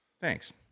thanks